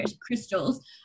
crystals